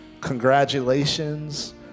congratulations